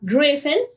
Griffin